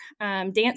dance